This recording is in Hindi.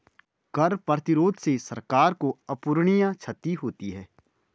कर प्रतिरोध से सरकार को अपूरणीय क्षति होती है